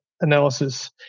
analysis